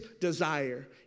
desire